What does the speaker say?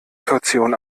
kaution